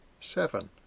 Seven